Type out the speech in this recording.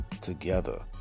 together